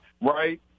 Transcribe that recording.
Right